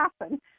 happen